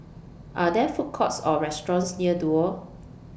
Are There Food Courts Or restaurants near Duo